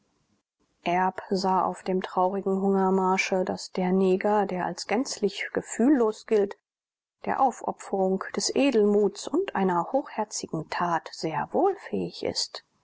sah auf dem traurigen hungermarsche daß der neger der als gänzlich gefühllos gilt der aufopferung des edelmuts und einer hochherzigen tat sehr wohl fähig ist